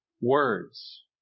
words